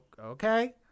Okay